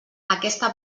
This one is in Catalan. aquesta